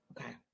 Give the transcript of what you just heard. Okay